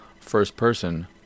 first-person